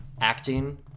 acting